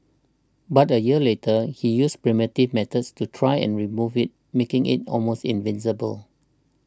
but a year later he used primitive methods to try and remove it making it almost invisible